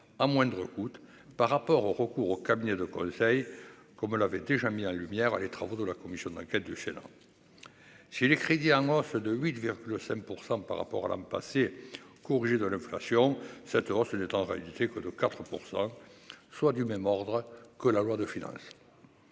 à moindre août par rapport au recours aux cabinets de conseil, comme l'avait été, j'aime mis en lumière les travaux de la commission d'enquête de chaleur si les crédits en hausse de 8 vers le 5 % par rapport à l'an passé, corrigé de l'inflation, simplement ce n'est en réalité que de 4 % soit du même ordre que la loi de finances,